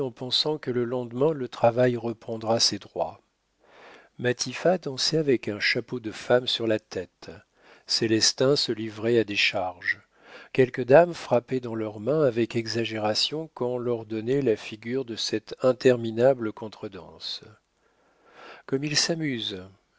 pensant que le lendemain le travail reprendra ses droits matifat dansait avec un chapeau de femme sur la tête célestin se livrait à des charges quelques dames frappaient dans leurs mains avec exagération quand l'ordonnait la figure de cette interminable contredanse comme ils s'amusent